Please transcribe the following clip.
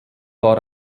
war